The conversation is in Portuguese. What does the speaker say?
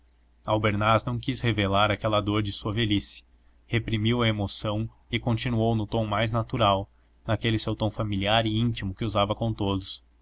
sofria albernaz não quis revelar aquela dor de sua velhice reprimiu a emoção e continuou no tom mais natural naquele seu tom familiar e íntimo que usava com todos